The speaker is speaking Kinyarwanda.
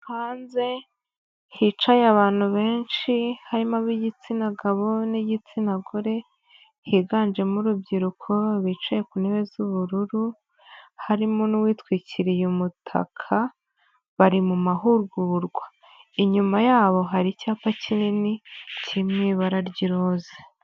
Hanze hicaye abantu benshi harimo ab'igitsina gabo n'igitsina gore higanjemo urubyiruko bicaye ku ntebe z'ubururu, harimo n'uwitwikiriye umutaka bari mu mahugurwa. Inyuma yabo hari icyapa kinini kiri mu ibara ry'iroze.